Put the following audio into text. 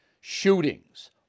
Shootings